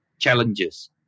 challenges